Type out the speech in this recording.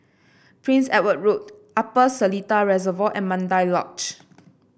Prince Edward Road Upper Seletar Reservoir and Mandai Lodge